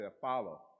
follow